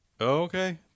Okay